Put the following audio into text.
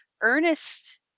Ernest